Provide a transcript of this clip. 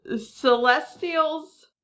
Celestials